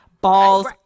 balls